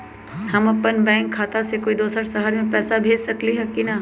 हम अपन बैंक खाता से कोई दोसर शहर में पैसा भेज सकली ह की न?